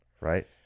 Right